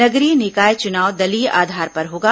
नगरीय निकाय चुनाव दलीय आधार पर होगा